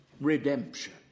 redemption